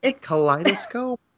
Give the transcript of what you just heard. Kaleidoscope